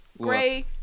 Gray